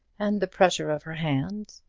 and the pressure of her hand,